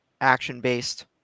action-based